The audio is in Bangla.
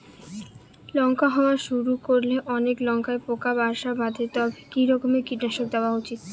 লঙ্কা হওয়া শুরু করলে অনেক লঙ্কায় পোকা বাসা বাঁধে তবে কি রকমের কীটনাশক দেওয়া উচিৎ?